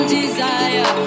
desire